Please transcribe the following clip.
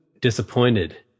disappointed